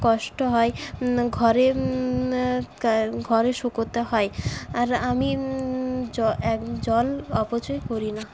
কষ্ট হয় ঘরে কার ঘরে শুকোতে হয় আর আমি জ এক জল অপচয় করি না